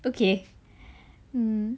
okay